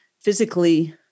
physically